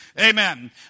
Amen